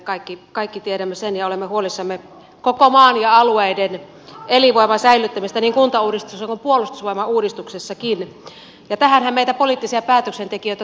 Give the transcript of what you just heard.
me kaikki tiedämme sen ja olemme huolissamme koko maan ja alueiden elinvoiman säilyttämisestä niin kuntauudistuksessa kuin puolustusvoimauudistuksessakin ja tähänhän meitä poliittisia päätöksentekijöitä tarvitaan